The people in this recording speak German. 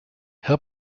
herr